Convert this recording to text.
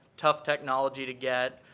tough technology to get.